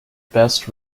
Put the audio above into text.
best